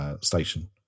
Station